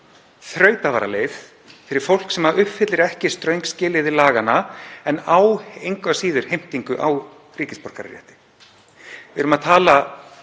þrautavaraleið fyrir fólk sem ekki uppfyllir ströng skilyrði laganna en á engu að síður heimtingu á ríkisborgararétti. Við erum að tala